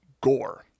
gore